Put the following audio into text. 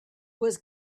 was